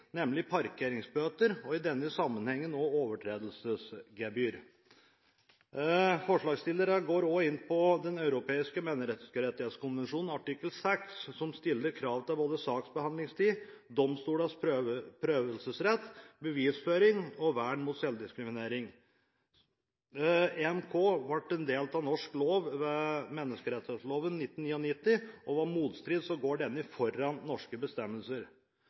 nemlig parkeringsbøter, og i denne sammenhengen også overtredelsesgebyr. Forslagsstillerne går også inn på Den europeiske menneskerettighetskonvensjons artikkel 6, som stiller krav til både saksbehandlingstid, domstolenes prøvelsesrett, bevisføring og vern mot selvinkriminering. EMK ble en del av norsk rett ved menneskerettsloven av 1999, og ved motstrid går denne foran norske bestemmelser.